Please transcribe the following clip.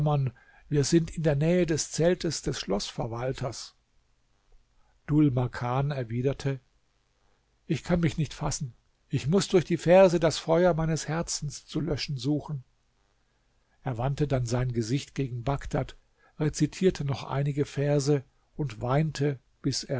wir sind in der nähe des zeltes des schloßverwalters dhul makan erwiderte ich kann mich nicht fassen ich muß durch verse das feuer meines herzens zu löschen suchen er wandte dann sein gesicht gegen bagdad rezitierte noch einige verse und weinte bis